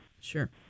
sure